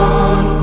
on